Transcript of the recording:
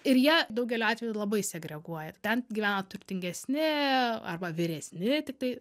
ir jie daugeliu atveju labai segreguoja ten gyvena turtingesni arba vyresni tiktai